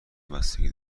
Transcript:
بستگی